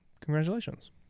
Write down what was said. congratulations